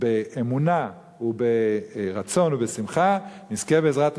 באמונה וברצון ובשמחה, נזכה, בעזרת השם,